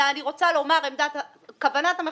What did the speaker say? אלא כוונת המחוקק,